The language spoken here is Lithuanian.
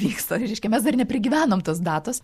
vyksta reiškia mes dar neprigyvenom tos datos